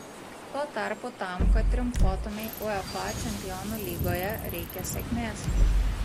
tuo tarpu tam kad triumfuotumei uefa čempionų lygoje reikia sėkmės